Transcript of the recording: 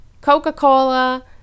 Coca-Cola